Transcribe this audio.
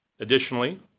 Additionally